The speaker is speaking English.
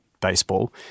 Baseball